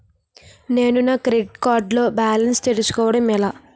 నేను నా credit card లో బాలన్స్ తెలుసుకోవడం ఎలా?